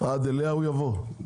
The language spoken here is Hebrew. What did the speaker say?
עד אליה הוא יבוא?